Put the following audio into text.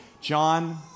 John